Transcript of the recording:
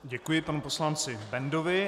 Děkuji panu poslanci Bendovi.